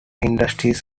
industries